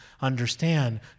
understand